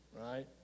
Right